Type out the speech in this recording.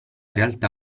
realtà